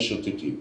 המשוטטים.